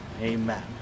Amen